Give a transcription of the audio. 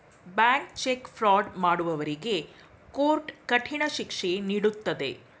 bank cheque fraud ಮಾಡುವವರಿಗೆ court ಕಠಿಣ ಶಿಕ್ಷೆ ನೀಡುತ್ತದೆ